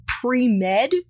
pre-med